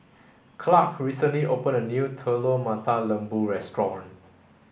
Clark recently opened a new Telur Mata Lembu restaurant